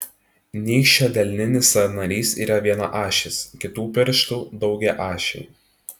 nykščio delninis sąnarys yra vienaašis kitų pirštų daugiaašiai